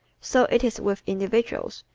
so it is with individuals.